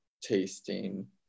tasting